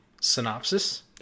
synopsis